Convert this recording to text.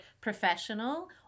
professional